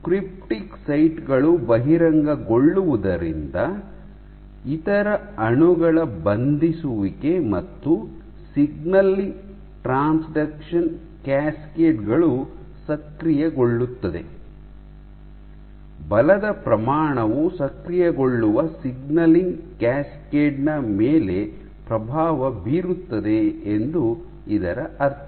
cryptic site ಗಳು ಬಹಿರಂಗಗೊಳ್ಳುವುದರಿಂದ ಇತರ ಅಣುಗಳ ಬಂಧಿಸುವಿಕೆ ಮತ್ತು ಸಿಗ್ನಲಿಂಗ್ ಟ್ರಾನ್ಸ್ಡಕ್ಷನ್ ಕ್ಯಾಸ್ಕೇಡ್ ಗಳು ಸಕ್ರಿಯಗೊಳ್ಳುತ್ತದೆ ಬಲದ ಪ್ರಮಾಣವು ಸಕ್ರಿಯಗೊಳ್ಳುವ ಸಿಗ್ನಲಿಂಗ್ ಕ್ಯಾಸ್ಕೇಡ್ ನ ಮೇಲೆ ಪ್ರಭಾವ ಬೀರುತ್ತದೆ ಎಂದು ಇದರ ಅರ್ಥ